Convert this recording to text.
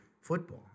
football